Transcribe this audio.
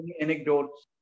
anecdotes